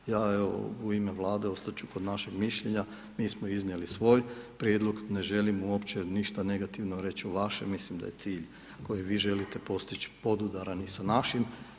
Ja evo u ime Vlade ostati ću kod našeg mišljenja, mi smo iznijeli svoj prijedlog, ne želimo uopće ništa negativno reći o vašem, mislim da je cilj koji vi želite postići i sa našim.